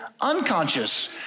Unconscious